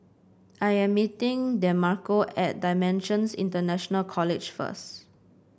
I am meeting Demarco at Dimensions International College first